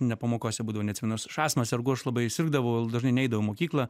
ne pamokose būdavau neatsimenu astma sergu aš labai sirgdavau dažnai neidavau į mokyklą